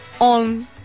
on